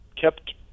kept